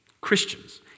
Christians